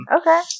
Okay